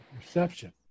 perception